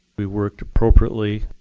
we worked appropriately.